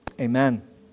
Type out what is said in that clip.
Amen